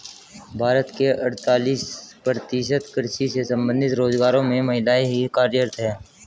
भारत के अड़तालीस प्रतिशत कृषि से संबंधित रोजगारों में महिलाएं ही कार्यरत हैं